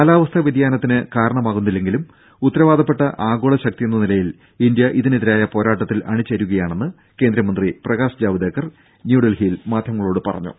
കാലാവസ്ഥാ വ്യതിനായത്തിന് കാരണമാകുന്നില്ലെങ്കിലും ഉത്തരവാദപ്പെട്ട ആഗോളശക്തിയെന്ന നിലയിൽ ഇന്ത്യ ഇതിനെതിരായ പോരാട്ടത്തിൽ അണിചേരുകയാണെന്ന് കേന്ദ്രമന്ത്രി പ്രകാശ് ജാവ്ദേക്കർ ന്യൂഡൽഹിയിൽ മാധ്യമങ്ങളോട് പറഞ്ഞു